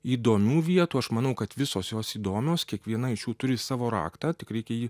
įdomių vietų aš manau kad visos jos įdomios kiekviena iš jų turi savo raktą tik reikia jį